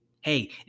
Hey